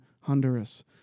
Honduras